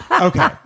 Okay